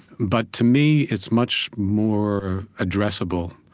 but to me, it's much more addressable.